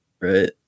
Right